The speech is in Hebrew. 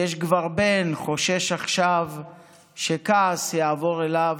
// ויש כבר בן, / חושש עכשיו / שכעס יעבור אליו,